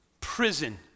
Prison